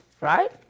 Right